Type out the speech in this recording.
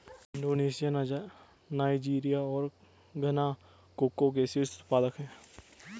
Indonesia Nigeria और Ghana cocoa के शीर्ष उत्पादक देश हैं